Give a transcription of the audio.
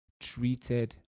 treated